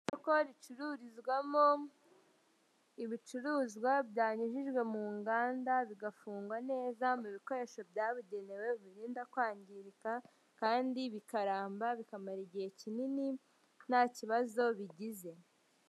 Isoko ricururizwamo ibicuruzwa byanyujijwe mu nganda bigafungwa neza mu bikoresho byabugenewe birinda kwangirika kandi bikaramba bikamara igihe kinini nta kibazo bigize.